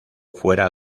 fuera